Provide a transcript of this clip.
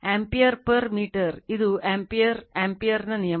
ampere per metre ಇದು ampere ಆಂಪಿಯರ್ನ ನಿಯಮ